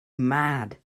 mad